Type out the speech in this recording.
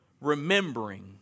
remembering